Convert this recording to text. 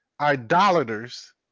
idolaters